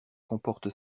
comporte